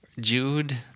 Jude